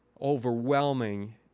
overwhelming